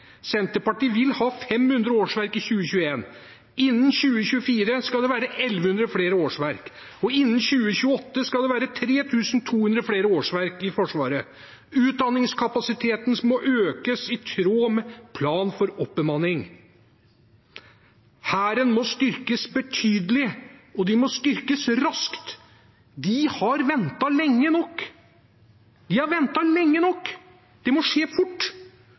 Senterpartiet vil ha 500 årsverk i 2021, innen 2024 skal det være 1 100 flere årsverk, og innen 2028 skal det være 3 200 flere årsverk i Forsvaret. Utdanningskapasiteten må økes i tråd med planen for oppbemanning. Hæren må styrkes betydelig, og den må styrkes raskt. De har ventet lenge nok – de har ventet lenge nok, det må skje fort.